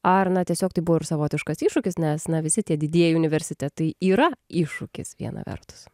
ar na tiesiog tai buvo ir savotiškas iššūkis nes na visi tie didieji universitetai yra iššūkis viena vertus